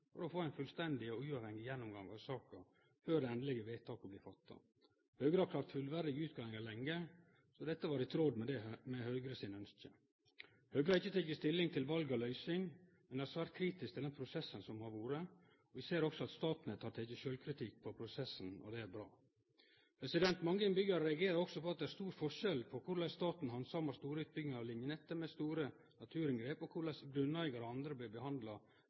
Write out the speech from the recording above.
ein fullstendig og uavhengig gjennomgang av saka før det endelege vedtaket blir fatta. Høgre har kravd fullverdige utgreiingar lenge, så dette var i tråd med Høgre sine ønske. Høgre har ikkje teke stilling til val av løysing, men er svært kritisk til den prosessen som har vore. Vi ser også at Statnett har teke sjølvkritikk på prosessen, og det er bra. Mange innbyggjarar reagerer også på at det er stor forskjell på korleis staten handsamar store utbyggingar av linjenettet med store naturinngrep, og korleis grunneigarar og andre blir behandla